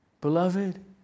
Beloved